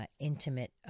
intimate